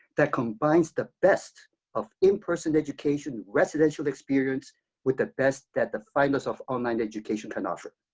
that combines the best of in-person education residential experience with the best that the finest of online education can offer,